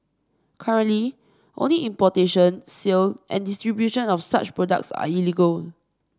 currently only importation sale and distribution of such products are illegal